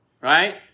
right